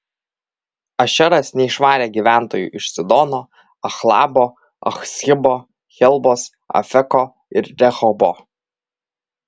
ašeras neišvarė gyventojų iš sidono achlabo achzibo helbos afeko ir rehobo